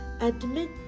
Admit